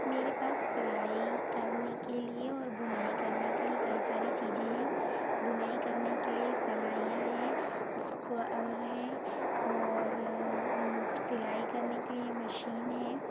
मेरे पास सिलाई करने के लिए और बुनाई करने के लिए कई सारी चीज़ें हैं बुनाई करने के लिए सेलाइयाँ हैं इसको और है और सिलाई करने के लिए मशीन हैं